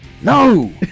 No